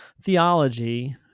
theology